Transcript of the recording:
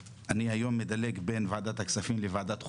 היום אני מדלג בין ועדת הכספים לבין ועדת החוקה,